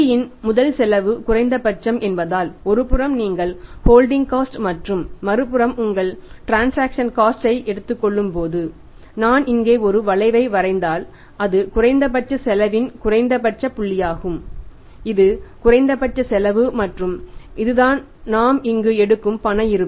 C இன் மொத்த செலவு குறைந்தபட்சம் என்பதால் ஒருபுறம் நீங்கள் ஹோல்டிங் காஸ்ட் ஐ எடுத்துக் கொள்ளும்போது நான் இங்கே ஒரு வளைவை வரைந்தால் அது குறைந்தபட்ச செலவின் குறைந்தபட்ச புள்ளியாகும் இது குறைந்தபட்ச செலவு மற்றும் இதுதான் நாம் இங்கு எடுக்கும் பண இருப்பு